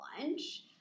lunch